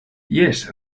jes